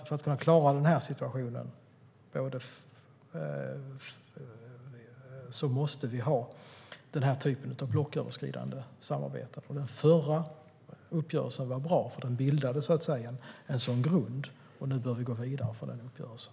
För att klara situationen måste vi ha den typen av blocköverskridande samarbete. Den förra uppgörelsen var bra, för den bildar en grund. Nu behöver vi gå vidare utifrån den uppgörelsen.